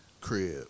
crib